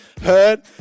heard